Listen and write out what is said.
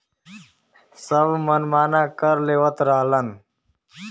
सब मनमाना कर लेवत रहलन